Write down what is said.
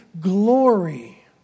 glory